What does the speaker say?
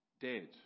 dead